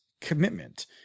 commitment